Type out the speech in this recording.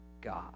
God